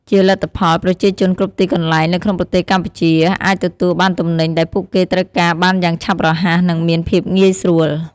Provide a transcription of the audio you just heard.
ជាលទ្ធផល ប្រជាជនគ្រប់ទីកន្លែងនៅក្នុងប្រទេសកម្ពុជាអាចទទួលបានទំនិញដែលពួកគេត្រូវការបានយ៉ាងឆាប់រហ័សនិងមានភាពងាយស្រួល។